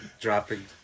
Dropping